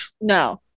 No